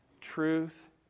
truth